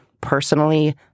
Personally